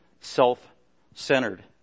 self-centered